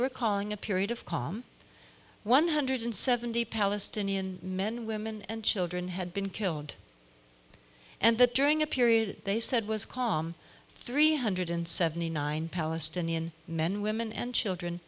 were calling a period of calm one hundred seventy palestinian men women and children had been killed and that during a period they said was calm three hundred seventy nine palestinian men women and children